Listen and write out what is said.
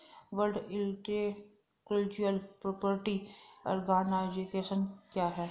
World intellectual property organisation क्या है?